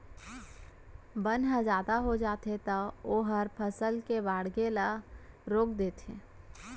बन ह जादा हो जाथे त ओहर फसल के बाड़गे ल रोक देथे